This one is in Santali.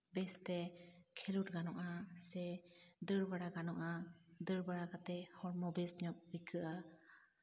ᱵᱮᱥᱛᱮ ᱠᱷᱮᱞᱳᱰ ᱜᱟᱱᱚᱜᱼᱟ ᱥᱮ ᱫᱟᱹᱲ ᱵᱟᱲᱟ ᱜᱟᱱᱚᱜᱼᱟ ᱫᱟᱹᱲ ᱵᱟᱲᱟ ᱠᱟᱛᱮ ᱦᱚᱲᱢᱚ ᱵᱮᱥ ᱧᱚᱜ ᱟᱹᱭᱠᱟᱹᱜᱼᱟ